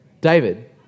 David